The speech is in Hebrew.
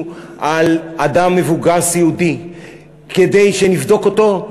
על אדם מבוגר סיעודי כדי שנבדוק אותו,